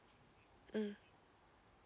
mm